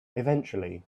eventually